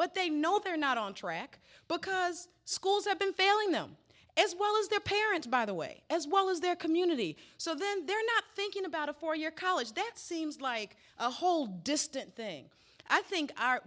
but they know they're not on track because schools have been failing them as well as their parents by the way as well as their community so then they're not thinking about a four year college that seems like a whole distant thing i think our